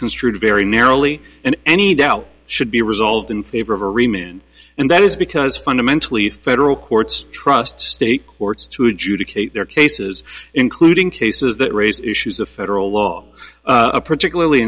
construed very narrowly and any doubt should be resolved in favor of a reman and that is because fundamentally federal courts trust state courts to adjudicate their cases including cases that raise issues of federal law a particularly